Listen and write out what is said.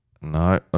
No